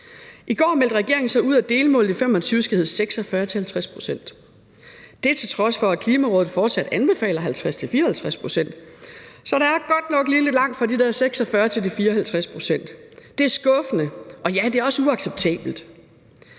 I går meldte regeringen så ud, at delmålet i 2025 skal hedde 46-50 pct. Og det til trods for at Klimarådet fortsat anbefaler 50-54 pct., så der er godt nok lige lidt langt fra de der 46 pct. til de 54 pct. Det er skuffende, og ja, det er også uacceptabelt.